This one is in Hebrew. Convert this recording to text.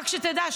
רק שתדע,